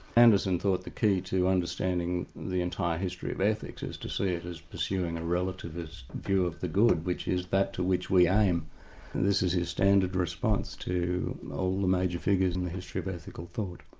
anderson thought the key to understanding the entire history of ethics is to see it as pursuing a relativist view of the good, which is that to which we aim. and this is his standard response to ah all the major figures in the history of ethical thought.